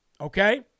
okay